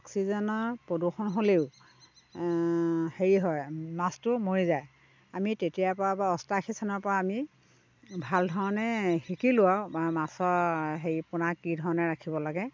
অক্সিজেনৰ প্ৰদূষণ হ'লেও হেৰি হয় মাছটো মৰি যায় আমি তেতিয়াৰ পৰা অষ্টাশী চনৰ পৰা আমি ভাল ধৰণে শিকিলোঁ আৰু মাছৰ হেৰি পোনা কি ধৰণে ৰাখিব লাগে